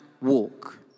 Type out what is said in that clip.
walk